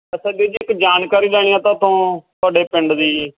ਅੱਛਾ ਵੀਰ ਜੀ ਇੱਕ ਜਾਣਕਾਰੀ ਲੈਣੀ ਆ ਤੁਹਾਡੇ ਤੋਂ ਤੁਹਾਡੇ ਪਿੰਡ ਦੀ ਜੀ